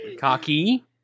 Cocky